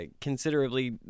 considerably